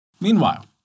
Meanwhile